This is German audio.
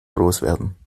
loswerden